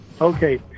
Okay